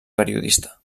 periodista